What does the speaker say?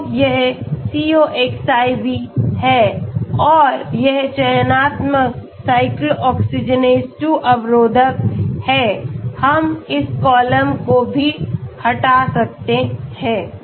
तो यह Coxib है और यह चयनात्मक cyclooxygenase 2 अवरोधक है हम इस कॉलम को भी हटा सकते हैं